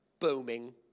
booming